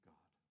God